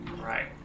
Right